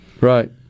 Right